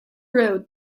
road